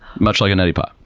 much like a neti pot.